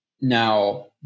Now